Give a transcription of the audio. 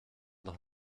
doch